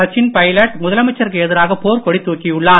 சச்சின் பைலட் முதலமைச்சருக்கு எதிராக போர்க் கொடி தூக்கியுள்ளார்